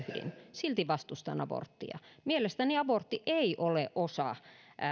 silti vastustan aborttia mielestäni abortti ei ole osa